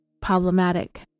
problematic